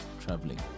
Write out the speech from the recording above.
traveling